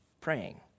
praying